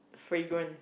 fragrant